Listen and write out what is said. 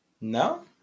No